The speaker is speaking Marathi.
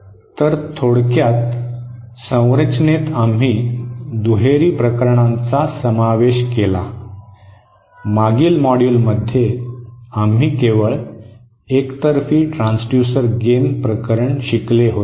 तर थोडक्यात संरचनेत आम्ही दुहेरी प्रकरणांचा समावेश केला मागील मॉड्यूलमध्ये आम्ही केवळ एकतर्फी ट्रान्सड्यूसर गेन प्रकरण शिकले होते